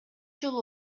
жолу